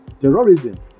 Terrorism